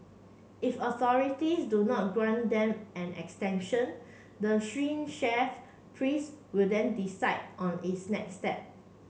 if authorities do not grant them an extension the chef priest will then decide on its next step